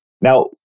Now